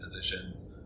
positions